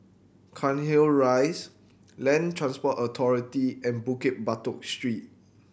Cairnhill Rise Land Transport Authority and Bukit Batok Street